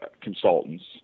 consultants